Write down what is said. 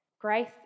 grace